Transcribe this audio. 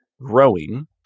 growing